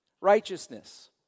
righteousness